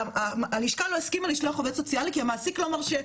שהלשכה לא הסכימה לשלוח עו"סית כי המעסיק לא מרשה.